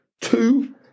Two